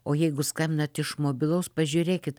o jeigu skambinat iš mobilaus pažiūrėkit